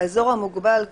באזור המוגבל,